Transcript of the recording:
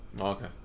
Okay